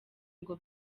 ngo